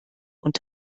und